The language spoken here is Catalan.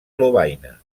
lovaina